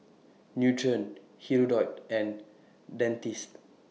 Nutren Hirudoid and Dentiste